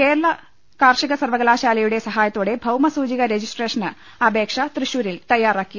കേരള കാർഷിക സർവകലാശാലയുടെ സഹായത്തോടെ ഭൌമസൂചികാ രജിസ്ട്രേഷന് അപേക്ഷ തൃശൂരിൽ തയ്യാറാക്കി